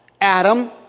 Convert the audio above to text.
Adam